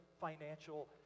financial